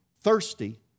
thirsty